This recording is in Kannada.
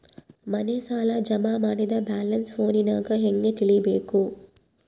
ಮನೆ ಸಾಲ ಜಮಾ ಮಾಡಿದ ಬ್ಯಾಲೆನ್ಸ್ ಫೋನಿನಾಗ ಹೆಂಗ ತಿಳೇಬೇಕು?